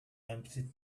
empty